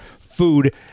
food